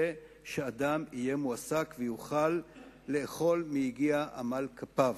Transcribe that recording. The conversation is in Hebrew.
זה שאדם יהיה מועסק ויוכל לאכול מיגיע כפיו.